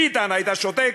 ביטן, היית שותק?